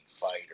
Fighter